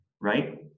Right